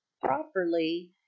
properly